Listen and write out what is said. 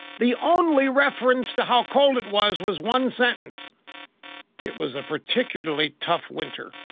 the only reference to how cold it was was one sentence it was a particularly tough winter.